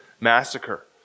massacre